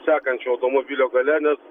sekančio automobilio gale nes